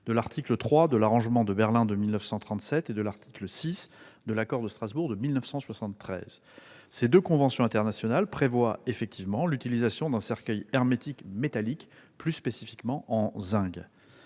de l'article 3 de l'arrangement de Berlin de 1937 et de l'article 6 de l'accord de Strasbourg de 1973. Ces deux conventions internationales prévoient l'utilisation d'un cercueil hermétique métallique, plus spécifiquement en zinc.